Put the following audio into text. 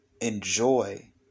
enjoy